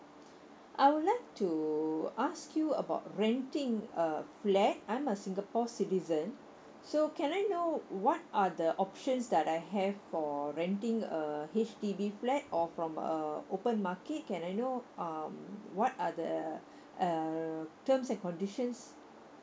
I would like to ask you about renting a flat I'm a singapore citizen so can I know what are the options that I have for renting a H_D_B flat or from a open market can I know um what are the err terms and conditions